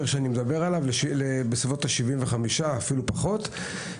75 ואפילו פחות.